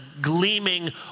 gleaming